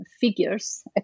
figures